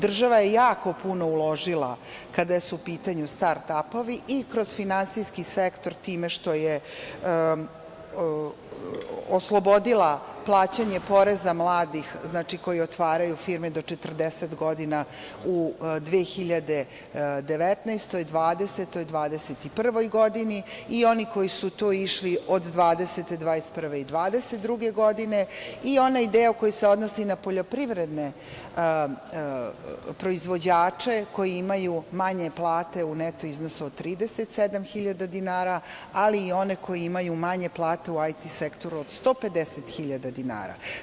Država je puno uložila kada su u pitanju start apovi i kroz finansijski sektor, time što je oslobodila plaćanja poreza mladih koji otvaraju firme do 40 godina u 2019, 2020, 2021. godini i oni koji su tu išli od 2020, 2021. i 2022. godine i onaj deo koji se odnosi na poljoprivredne proizvođače koji imaju manje plate u neto iznosu od 37.000 dinara, ali i one koji imaju manje plate u IT sektoru od 150.000 dinara.